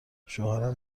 شوهرم